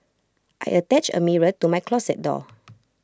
I attached A mirror to my closet door